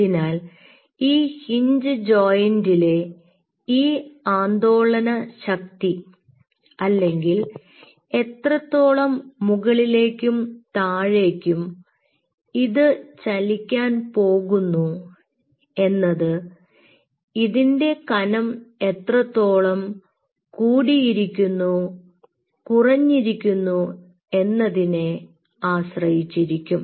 അതിനാൽ ഈ ഹിഞ്ച് ജോയിന്റിലെ ഈ ആന്ദോളന ശക്തി അല്ലെങ്കിൽ എത്രത്തോളം മുകളിലേക്കും താഴേക്കും ഇത് ചലിക്കാൻ പോകുന്നു എന്നത് ഇതിൻറെ കനം എത്രത്തോളം കൂടിയിരിക്കുന്നു കുറഞ്ഞിരിക്കുന്നു എന്നതിനെ ആശ്രയിച്ചിരിക്കും